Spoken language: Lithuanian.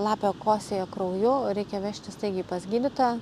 lapė kosėja krauju reikia vežti staigiai pas gydytoją